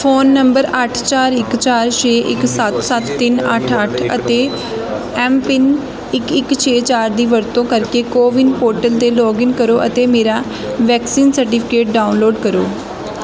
phone number ਅੱਠ ਚਾਰ ਇੱਕ ਚਾਰ ਛੇ ਇੱਕ ਸੱਤ ਸੱਤ ਤਿੰਨ ਅੱਠ ਅੱਠ ਅਤੇ ਐਮਪਿੰਨ ਇੱਕ ਇੱਕ ਛੇ ਚਾਰ ਦੀ ਵਰਤੋਂ ਕਰਕੇ ਕੋਵਿਨ ਪੋਰਟਲ 'ਤੇ ਲੌਗਇਨ ਕਰੋ ਅਤੇ ਮੇਰਾ ਵੈਕਸੀਨ ਸਰਟੀਫਿਕੇਟ ਡਾਊਨਲੋਡ ਕਰੋ